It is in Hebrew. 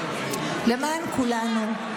למען כולנו,